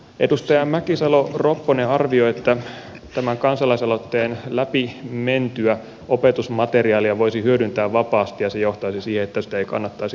edustaja mäkisalo ropponen arvioi että tämän kansalaisaloitteen läpi mentyä opetusmateriaalia voisi hyödyntää vapaasti ja se johtaisi siihen että sitä ei kannattaisi tuottaa